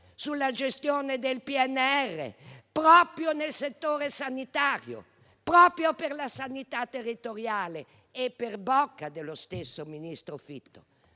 sulla gestione del PNRR proprio nel settore sanitario e proprio per la sanità territoriale? Per bocca dello stesso ministro Fitto,